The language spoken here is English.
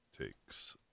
takes